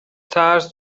ترس